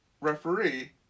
referee